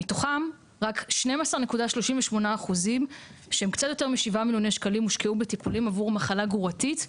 רק 12.38% שהם קצת יותר מ-7 מיליוני שקלים הושקעו במחלה גרורתית,